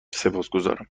سپاسگزارم